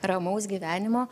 ramaus gyvenimo